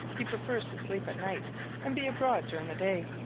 he prefers to sleep at night and be abroad during the day.